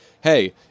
hey